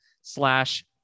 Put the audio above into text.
slash